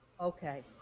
Okay